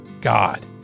God